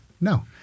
No